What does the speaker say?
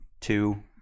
two